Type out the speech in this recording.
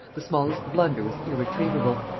the smallest blunder was irretrievable.